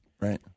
Right